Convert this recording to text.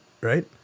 right